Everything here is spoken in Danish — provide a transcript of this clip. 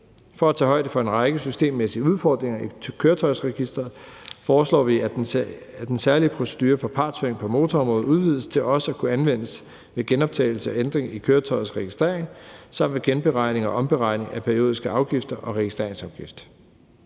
For at tage højde for en række systemmæssige udfordringer i Køretøjsregisteret foreslår vi, at den særlige procedure for partshøring på motorområdet udvides til også at kunne anvendes ved genoptagelse af ændring i køretøjets registrering samt ved genberegning og omberegning af periodiske afgifter og registreringsafgift.